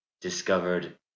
discovered